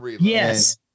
yes